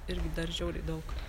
irgi dar žiauriai daug